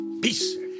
Peace